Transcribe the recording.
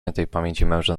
mężem